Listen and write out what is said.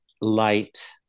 light